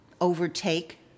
overtake